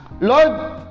lord